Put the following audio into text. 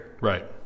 Right